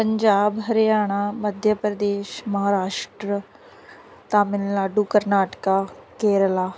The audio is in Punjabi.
ਪੰਜਾਬ ਹਰਿਆਣਾ ਮੱਧ ਪ੍ਰਦੇਸ਼ ਮਹਾਰਾਸ਼ਟਰ ਤਮਿਲਨਾਡੂ ਕਰਨਾਟਕਾ ਕੇਰਲਾ